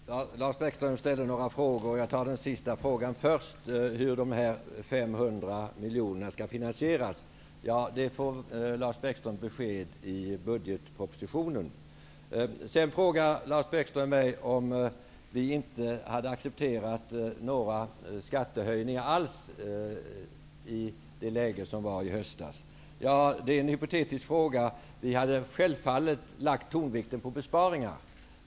Herr talman! Lars Bäckström ställde några frågor, och jag svarar på den sista frågan först. Den gällde hur dessa 500 miljoner kronor skall finansieras. Det får Lars Bäckström besked om i budgetpropositionen. Lars Bäckström frågade mig om Moderaterna inte hade accepterat några skattehöjningar alls i det läge som rådde i höstas. Det är en hypotetisk fråga. Vi hade självfallet lagt tonvikten på besparingar.